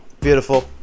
Beautiful